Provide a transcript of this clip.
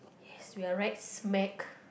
yes we're